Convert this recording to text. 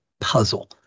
puzzle